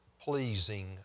pleasing